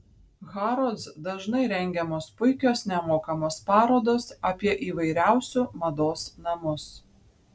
harrods dažnai rengiamos puikios nemokamos parodos apie įvairiausiu mados namus